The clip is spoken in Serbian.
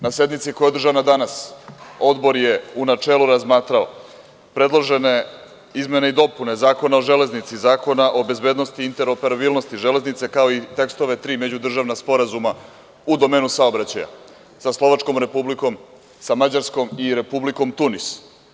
Na sednici koja je održana danas, Odbor je u načelu razmatrao predložene izmene i dopune Zakona o železnici, Zakona o bezbednosti i interoperabilnosti železnice, kao i tekstove tri međudržavna sporazuma u domenu saobraćaja sa Slovačkom Republikom, sa Mađarskom i Republikom Tunis.